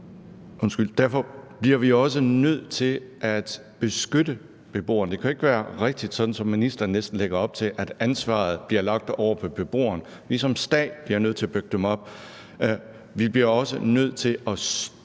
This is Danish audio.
ved det. Derfor bliver vi også nødt til at beskytte beboerne. Det kan jo ikke være rigtigt, sådan som ministeren næsten lægger op til, at ansvaret bliver lagt over på beboerne – vi som stat bliver nødt til at bakke dem op. Vi bliver også nødt til at støtte